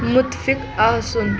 مُتفِق آسُن